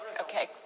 Okay